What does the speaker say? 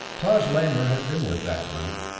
taj lamor had been with that group,